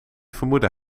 vermoedde